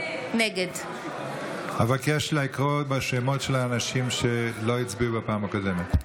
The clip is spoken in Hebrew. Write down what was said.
נגד אבקש לקרוא בשמות האנשים שלא הצביעו בפעם הקודמת.